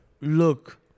look